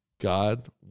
God